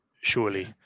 surely